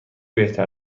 بهتر